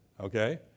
Okay